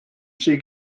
sydd